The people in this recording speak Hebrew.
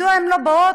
מדוע הן לא באות